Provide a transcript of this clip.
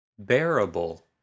bearable